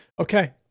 Okay